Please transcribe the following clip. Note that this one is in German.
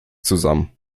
zusammen